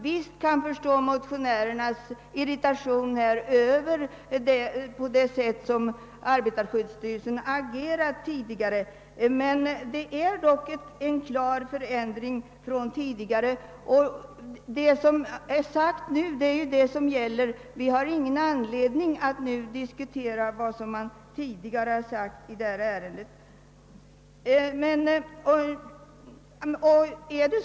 Visst kan vi förstå motionärernas irritation över det sätt, på vilket arbetarskyddsstyrelsen förut handlat, men nu föreligger alltså en klar förändring, och det är vad som nu sagts som skall gälla. Vi har därför ingen anledning att i dag diskutera vad som tidigare skett i detta ärende.